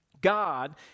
God